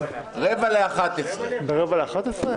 10:45. 10:45. ב-10:45?